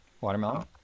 Watermelon